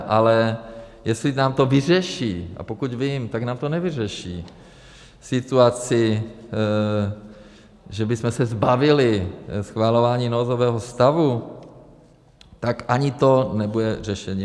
Ale jestli nám to vyřeší a pokud vím, tak nám to nevyřeší situaci, že bychom se zbavili schvalování nouzového stavu, tak ani to nebude řešení.